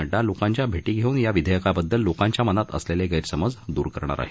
नङ्डा लोकांच्या भे ी घेऊन या विधेयकाबद्दल लोकांच्या मनात असलेले गर्खमज दूर करणार आहेत